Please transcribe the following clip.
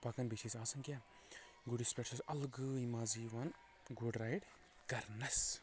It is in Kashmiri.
پکان بیٚیہِ چھِ أسۍ آسان کینٛہہ گُرِس پٮ۪ٹھ چھُ اسہِ الگٕے مزٕ یِوان گُرۍ رایڈ کرنس